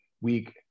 week